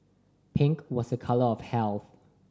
pink was a colour of health